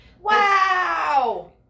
Wow